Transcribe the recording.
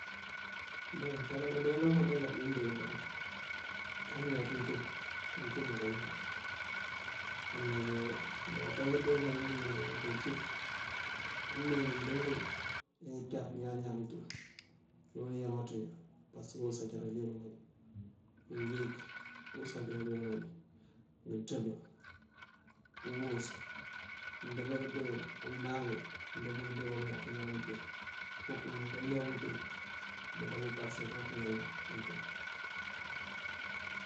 Ñàan kar báandeela wo báandeela bí mëëndeembi bá, amë ñáawáaţ mëëntum mëëntúmú kaañáal. koon aka ngëëndenga ngí meengí ngokon cí ngiimengi mëëndengël ajá ngëëncar káañáal iñaan mëëntum. Cun ayámaţ uwí, parësëk usancar dí irëmáaj, uliyëk usancar dí irëmáaj. Ngëënţëb, uwus mëëndeembá këëndeewul; wúunáangi mëëndeembá këëndeewul uñáat iñan mëëntum. fok këëmaŋ keeñáaw mëëntum kërukáa paţësar dí pëëñáal mëëntum.